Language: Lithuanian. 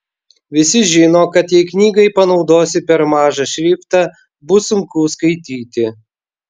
visi žino kad jei knygai panaudosi per mažą šriftą bus sunku skaityti